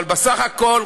אבל בסך הכול,